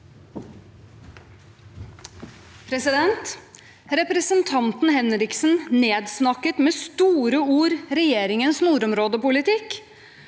Representanten Henriksen nedsnakket med store ord regjeringens nordområdepolitikk.